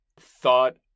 thought